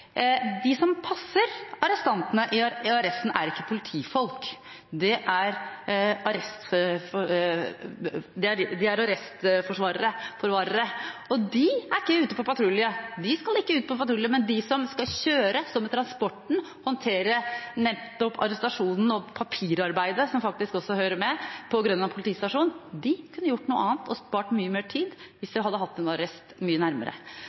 De som passer arrestantene i arresten, er ikke politifolk. De er arrestforvarere. De er ikke ute på patrulje, og de skal ikke ut på patrulje. Men de som skal kjøre transporten og håndtere arrestasjonen og papirarbeidet som faktisk hører med, på Grønland politistasjon, kunne gjort noe annet og spart mye mer tid hvis de hadde hatt en arrest mye nærmere.